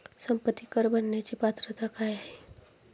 संपत्ती कर भरण्याची पात्रता काय आहे?